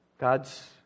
God's